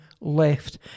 left